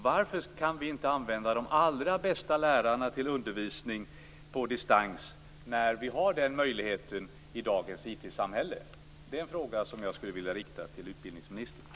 Varför kan vi inte använda de allra bästa lärarna till undervisning på distans när vi har den möjligheten i dagens IT-samhälle? Det är en fråga jag skulle vilja rikta till utbildningsministern.